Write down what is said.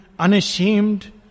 Unashamed